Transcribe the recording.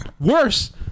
Worse